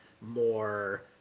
more